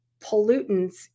pollutants